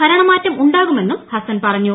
ഭരണ്ണമാറ്റം ഉണ്ടാകുമെന്നും ഹസ്സൻ പറഞ്ഞു